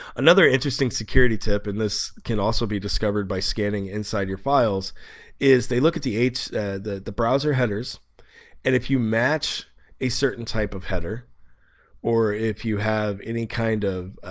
another interesting security tip and this can also be discovered by scanning inside your files is they look at the eight that the browser headers and if you match a certain type of header or if you have, any kind of